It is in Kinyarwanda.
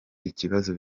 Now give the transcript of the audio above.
ibibazo